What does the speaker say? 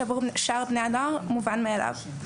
שעבור שאר בני אדם הוא מובן מאליו.